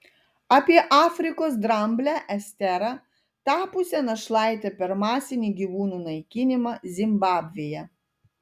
apie afrikos dramblę esterą tapusią našlaite per masinį gyvūnų naikinimą zimbabvėje